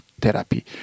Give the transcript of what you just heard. therapy